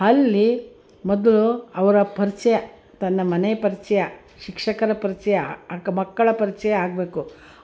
ಅಲ್ಲಿ ಮೊದಲು ಅವರ ಪರಿಚಯ ತನ್ನ ಮನೆ ಪರಿಚಯ ಶಿಕ್ಷಕರ ಪರಿಚಯ ಅಕ್ ಮಕ್ಕಳ ಪರಿಚಯ ಆಗಬೇಕು ಆ ಮಕ್ಕಳು